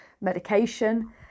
medication